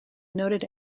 noted